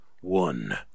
one